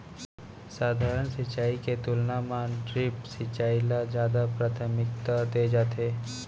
सधारन सिंचाई के तुलना मा ड्रिप सिंचाई का जादा प्राथमिकता दे जाथे